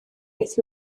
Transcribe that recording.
beth